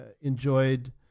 enjoyed